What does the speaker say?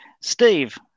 steve